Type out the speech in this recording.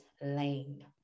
lane